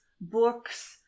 books